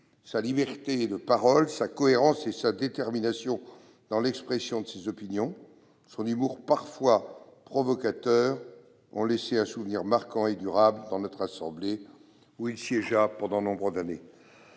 sa liberté de parole, sa cohérence et sa détermination dans l'expression de ses opinions, son humour parfois provocateur ont laissé un souvenir marquant et durable dans notre assemblée, où il siégea pendant nombre d'années.